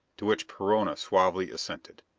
to which perona suavely assented.